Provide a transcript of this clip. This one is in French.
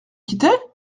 quitter